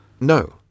No